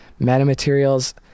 metamaterials